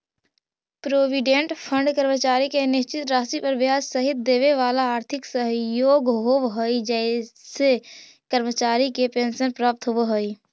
provident fund कर्मचारी के निश्चित राशि पर ब्याज सहित देवेवाला आर्थिक सहयोग होव हई जेसे कर्मचारी के पेंशन प्राप्त होव हई